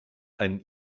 einen